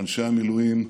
אנשי המילואים,